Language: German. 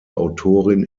autorin